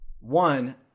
one